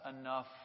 enough